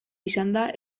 izanda